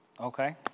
Okay